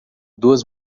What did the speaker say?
duas